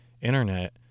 internet